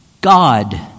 God